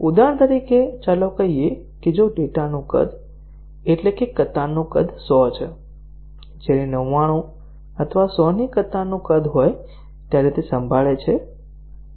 ઉદાહરણ તરીકે ચાલો કહીએ કે જો ડેટાનું કદ એટલે કે કતારનું કદ 100 છે જ્યારે 99 અથવા 100 ની કતારનું કદ હોય ત્યારે તે સંભાળે છે